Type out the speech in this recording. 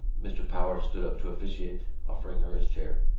mr. power stood up to officiate, offering her his chair.